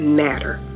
matter